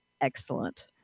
excellent